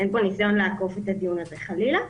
אין פה ניסיון לעקוף את הדיון הזה חלילה,